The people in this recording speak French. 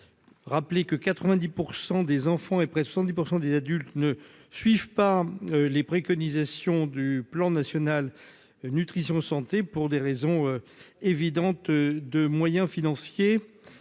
Rappelons que 90 % des enfants et près de 70 % des adultes ne suivent pas les préconisations du programme national nutrition santé (PNNS), pour des raisons évidentes de moyens financiers.